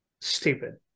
Stupid